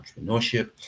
entrepreneurship